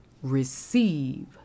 receive